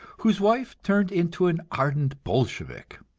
whose wife turned into an ardent bolshevik.